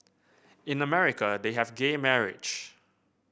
in America they have gay marriage